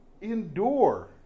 endure